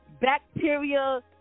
bacteria